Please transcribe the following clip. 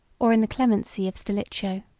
or in the clemency of stilicho.